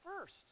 first